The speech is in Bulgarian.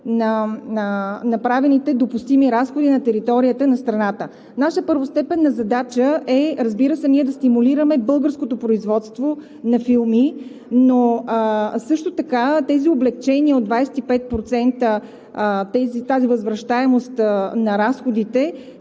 на направените допустими разходи на територията на страната. Наша първостепенна задача е, разбира се, ние да стимулираме българското производство на филми, но също така тези облекчения от 25%, тази възвръщаемост на разходите